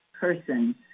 person